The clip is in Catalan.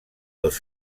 dos